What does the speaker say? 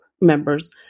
members